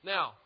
Now